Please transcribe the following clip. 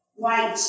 White